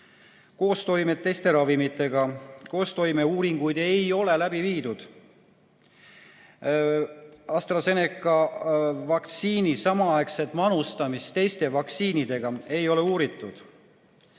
Koostoimed teiste ravimitega. Koostoimeuuringuid ei ole läbi viidud. AstraZeneca vaktsiini samaaegset manustamist teiste vaktsiinide ega ei ole uuritud.